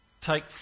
Take